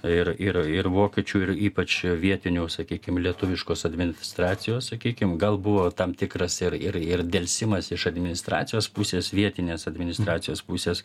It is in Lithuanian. ir ir ir vokiečių ir ypač vietinių sakykim lietuviškos administracijos sakykim gal buvo tam tikras ir ir ir delsimas iš administracijos pusės vietinės administracijos pusės